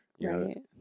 right